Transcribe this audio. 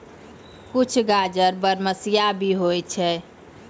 कुछ गाजर बरमसिया भी होय छै